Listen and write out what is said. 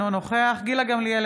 אינו נוכח גילה גמליאל,